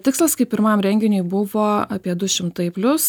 tikslas kaip pirmam renginiui buvo apie du šimtai plius